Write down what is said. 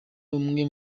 umwe